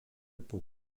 pour